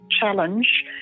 challenge